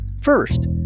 First